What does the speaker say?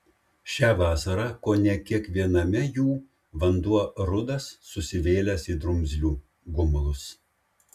šią vasarą kone kiekviename jų vanduo rudas susivėlęs į drumzlių gumulus